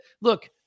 Look